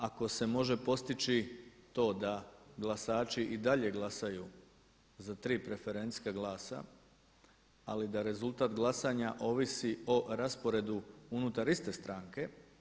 Ako se može postići to da glasači i dalje glasaju za 3 preferencijska glasa ali da rezultat glasovanja ovisi o rasporedu unutar iste stranke.